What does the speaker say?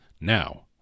Now